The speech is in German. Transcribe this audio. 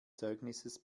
zeugnisses